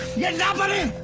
yeah nobody